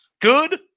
Good